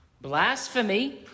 Blasphemy